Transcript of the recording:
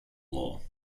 law